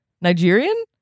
nigerian